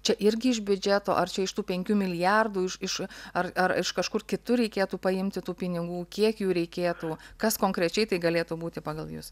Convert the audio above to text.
čia irgi iš biudžeto ar čia iš tų penkių milijardų iš iš ar ar iš kažkur kitur reikėtų paimti tų pinigų kiek jų reikėtų kas konkrečiai tai galėtų būti pagal jus